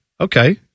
Okay